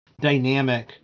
dynamic